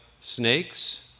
snakes